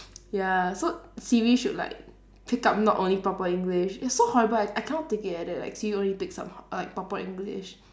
ya so siri should like pick up not only proper english it's so horrible I I cannot take it eh that like siri only takes up like proper english